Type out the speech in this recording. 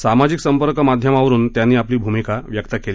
सामाजिक संपर्क माध्यमावरून त्यांनी आपली भूमिका व्यक्त केली